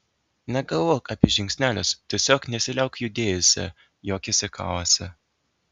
negalvok apie žingsnelius tiesiog nesiliauk judėjusi juokėsi kalasi